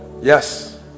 yes